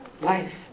life